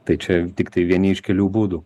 tai čia tiktai vieni iš kelių būdų